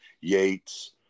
Yates